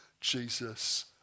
Jesus